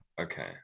okay